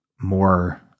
more